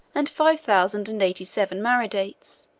and five thousand and eighty-seven mardaites,